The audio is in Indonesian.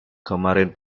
kemarin